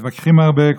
מתווכחים הרבה,